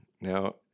Now